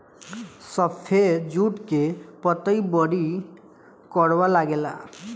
सफेद जुट के पतई बड़ी करवा लागेला